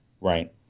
Right